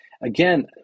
Again